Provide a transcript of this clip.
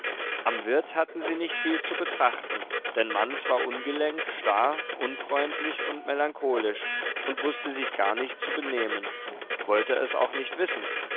am wirt hatten sie nicht viel zu betrachten denn manz war ungelenk starr unfreundlich und melancholisch und wußte sich gar nicht zu benehmen wollte es auch nicht wissen